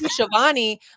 Shivani